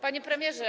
Panie Premierze!